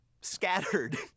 scattered